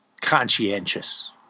conscientious